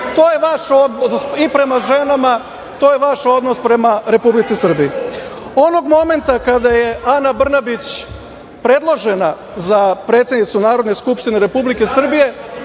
To je vaš odnos i prema ženama i to je vaš odnos prema Republici Srbiji. Onog momenta kada je Ana Brnabić predložena za predsednicu Narodne skupštine Republike Srbije,